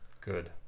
good